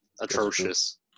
atrocious